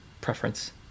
preference